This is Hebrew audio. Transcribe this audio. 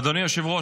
אדוני היושב-ראש,